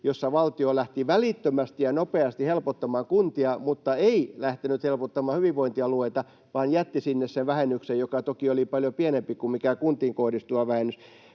jossa valtio lähti välittömästi ja nopeasti helpottamaan kuntia mutta ei lähtenyt helpottamaan hyvinvointialueita vaan jätti sinne sen vähennyksen, joka toki oli paljon pienempi kuin kuntiin kohdistuva vähennys.